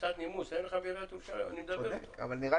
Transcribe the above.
נראה לי מוזר.